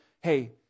hey